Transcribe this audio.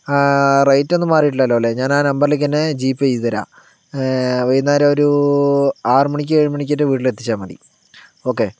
റൈറ്റൊന്നും മാറീട്ടില്ലോലേ ഞാൻ ആ നമ്പറിലേക്കന്നെ ജീപേയ് ചെയ്ത് തരാം വൈകുനേരം ഒരൂ ആറ് മണിക്ക് ഏഴ് മണിക്കൊ വീട്ടിലെത്തിച്ചാൽ മതി ഓക്കേ